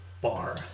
bar